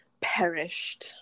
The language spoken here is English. perished